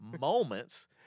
moments